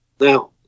Now